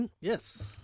yes